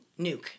Nuke